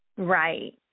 Right